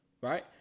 right